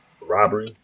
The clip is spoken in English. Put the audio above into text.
Robbery